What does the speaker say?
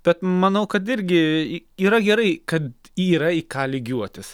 bet manau kad irgi yra gerai kad yra į ką lygiuotis